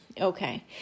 okay